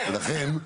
לכן,